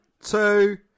two